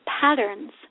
patterns